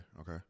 Okay